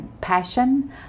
passion